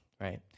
right